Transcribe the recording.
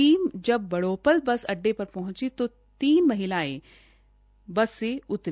team ने जब Badopal bus अड्डे पर पहंची तो तीन महिलाएं एक बस से उतरी